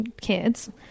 kids